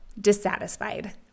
dissatisfied